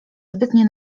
zbytnie